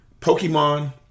Pokemon